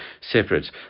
separate